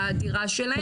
הדירה שלהם.